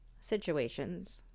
situations